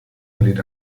erlitt